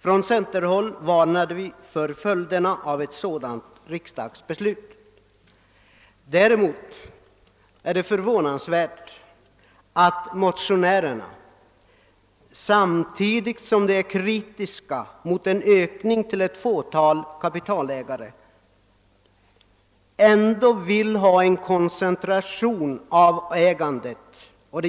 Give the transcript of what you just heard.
Från centerhåll varnade vi för följderna av ett sådant riksdagsbeslut. Däremot är det förvånansvärt att motionärerna, samtidigt som de är kritiska mot en ökning av ett fåtal kapitalägares skogsinnehav, vill få till stånd en koncentration av ägandet av